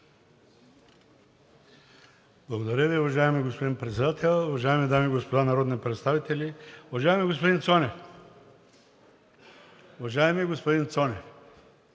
Благодаря Ви, уважаеми господин Председател. Уважаеми дами и господа народни представители! Уважаеми господин